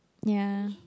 ya